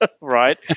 Right